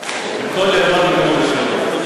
אבל זה לא קשור.